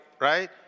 right